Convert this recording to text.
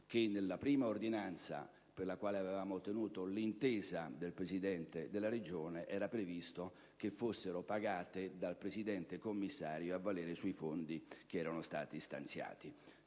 che, nella prima ordinanza per la quale avevamo ottenuto l'intesa del Presidente della Regione, era previsto fossero pagati dal Presidente commissario a valere sui fondi che erano stati stanziati.